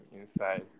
inside